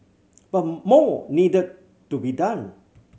but more needed to be done